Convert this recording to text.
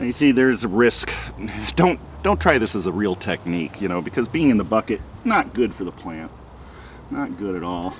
you see there is a risk and don't don't try this is a real technique you know because being in the bucket not good for the plant not good at all